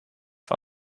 van